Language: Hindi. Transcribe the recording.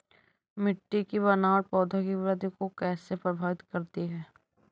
मिट्टी की बनावट पौधों की वृद्धि को कैसे प्रभावित करती है?